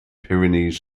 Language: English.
pyrenees